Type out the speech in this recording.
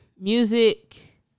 music